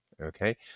okay